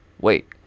Wait